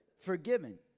Forgiven